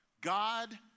God